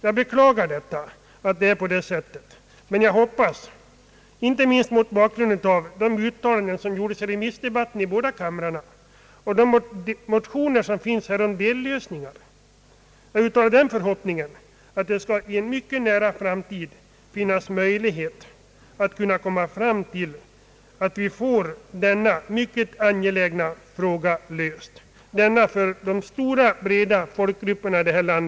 Jag beklagar detta, men jag hoppas — inte minst mot bakgrunden av de uttalanden som gjordes under remissdebatten i båda kamrarna och de motioner som föreligger om dellösningar — att det i en mycket nära framtid skall finnas möjligheter att få denna mycket angelägna fråga löst, denna för de breda folklagren i detta land så viktiga fråga.